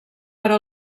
però